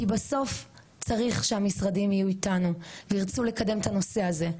כי בסוף צריך שהמשרדים יהיו איתנו וירצו לקדם את הנושא הזה,